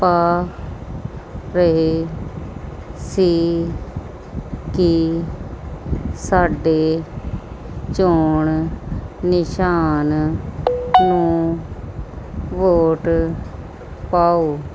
ਪਾ ਰਹੇ ਸੀ ਕਿ ਸਾਡੇ ਚੋਣ ਨਿਸ਼ਾਨ ਨੂੰ ਵੋਟ ਪਾਓ